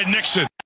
Nixon